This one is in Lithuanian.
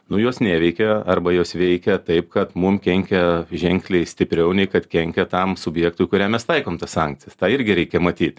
nu jos neveikia arba jos veikia taip kad mum kenkia ženkliai stipriau nei kad kenkia tam subjektui kuriam mes taikom tas sankcijas tą irgi reikia matyt